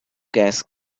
gas